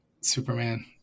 Superman